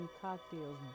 cocktails